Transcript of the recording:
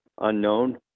unknown